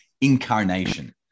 incarnation